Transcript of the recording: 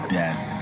death